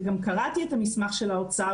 וגם קראתי את המסמך של האוצר,